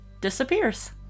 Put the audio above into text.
disappears